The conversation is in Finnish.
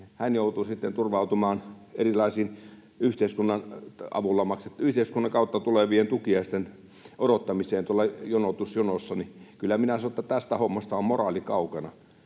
joutuu sitten turvautumaan erilaisten yhteiskunnan kautta tulevien tukiaisten odottamiseen tuossa jonossa. Kyllä minä sanon, että tästä hommasta on moraali kaukana.